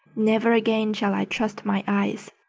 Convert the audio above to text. never again shall i trust my eyes!